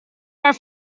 are